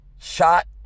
shot